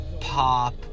pop